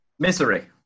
Misery